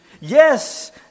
Yes